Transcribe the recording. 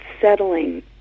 settling